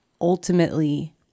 ultimately